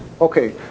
Okay